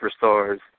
superstars